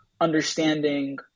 understanding